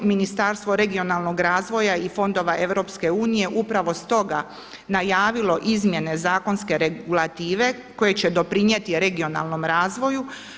Ministarstvo regionalnog razvoja i fondova EU upravo stoga najavilo izmjene zakonske regulative koje će doprinijeti regionalnom razvoju.